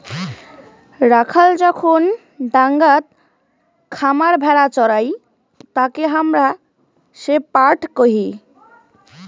রাখাল যখন ডাঙাত খামার ভেড়া চোরাই তাকে হামরা শেপার্ড কহি